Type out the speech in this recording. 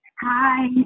Hi